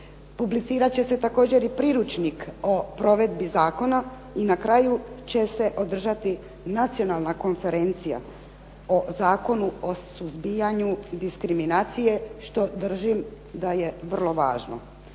Publicirat će se također i priručnik o provedbi zakona i na kraju će se održati nacionalna konferencija o Zakonu o suzbijanju diskriminacije, što držim da je vrlo važno.